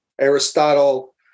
Aristotle